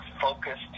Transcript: focused